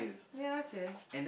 ya okay